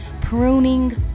Pruning